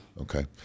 Okay